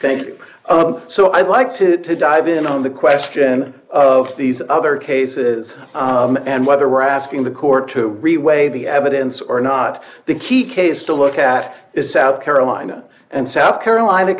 thank you so i'd like to dive in on the question of these other cases and whether we're asking the court to reweigh the evidence or not the key case to look at is south carolina and south carolina